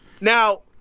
Now